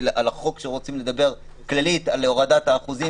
על החוק שרוצים לדבר כללית על הורדת האחוז,